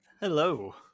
Hello